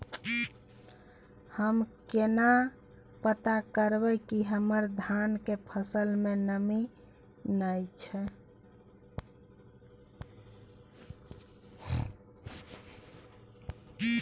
हम केना पता करब की हमर धान के फसल में नमी नय छै?